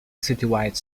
citywide